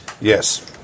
Yes